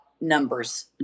numbers